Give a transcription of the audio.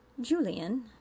Julian